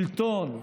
שלטון,